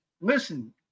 listen